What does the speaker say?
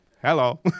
Hello